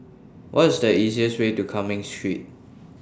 What IS The easiest Way to Cumming Street